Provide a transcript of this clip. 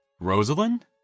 Rosalind